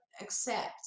accept